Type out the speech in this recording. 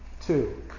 two